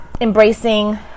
embracing